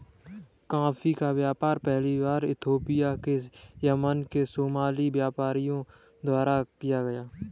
coffee का व्यापार पहली बार इथोपिया से यमन में सोमाली व्यापारियों द्वारा किया गया